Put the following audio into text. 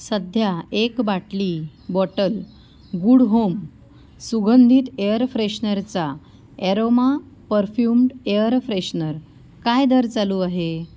सध्या एक बाटली बॉटल गुड होम सुगंधित एअर फ्रेशनरचा ॲरोमा परफ्युम्ड एअर फ्रेशनर काय दर चालू आहे